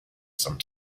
some